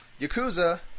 Yakuza